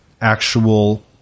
actual